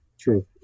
true